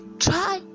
try